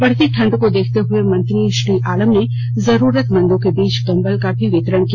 बढ़ती ठंड को देखते हए मंत्री श्री आलम ने जरूरतमंदों के बीच कंबल का भी वितरण किया